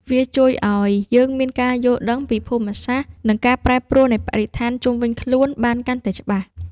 វាជួយឱ្យយើងមានការយល់ដឹងពីភូមិសាស្ត្រ និងការប្រែប្រួលនៃបរិស្ថានជុំវិញខ្លួនបានកាន់តែច្បាស់។